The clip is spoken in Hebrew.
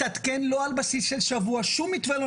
להתעדכן לא על בסיס של שבוע שום מתווה לא